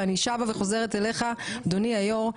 ואני שבה וחוזרת אליך אדוני היו"ר,